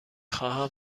خواهم